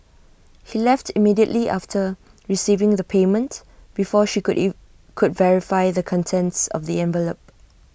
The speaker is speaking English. he left immediately after receiving the payment before she could if could verify the contents of the envelope